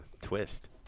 twist